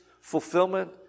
fulfillment